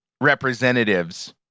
representatives